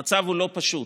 המצב אינו פשוט.